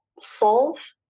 solve